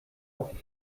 auch